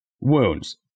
wounds